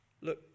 look